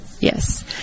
yes